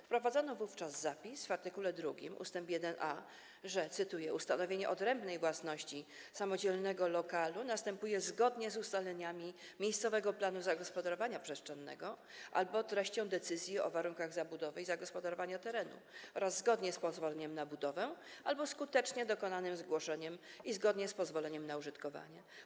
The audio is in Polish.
Wprowadzono wówczas zapis w art. 2 ust. 1a, że, cytuję: „Ustanowienie odrębnej własności samodzielnego lokalu następuje zgodnie z ustaleniami miejscowego planu zagospodarowania przestrzennego albo treścią decyzji o warunkach zabudowy i zagospodarowania terenu oraz zgodnie z pozwoleniem na budowę albo skutecznie dokonanym zgłoszeniem, i zgodnie z pozwoleniem na użytkowanie.